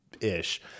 ish